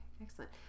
excellent